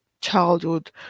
childhood